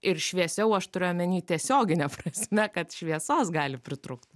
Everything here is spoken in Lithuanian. ir šviesiau aš turiu omeny tiesiogine prasme kad šviesos gali pritrūkt